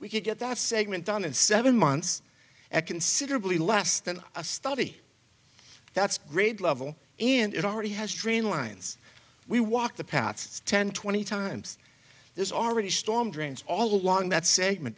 we could get that segment done in seven months at considerably less than a study that's grade level and it already has drain lines we walk the paths ten twenty times there's already storm drains all along that segment